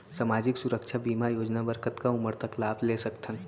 सामाजिक सुरक्षा बीमा योजना बर कतका उमर तक लाभ ले सकथन?